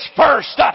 first